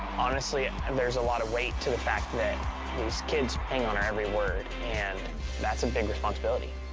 honestly, and and there's a lot of weight to the fact that these kids hang on our every word, and that's a and big responsibility.